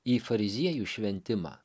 į fariziejų šventimą